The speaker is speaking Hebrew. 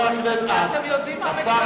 השר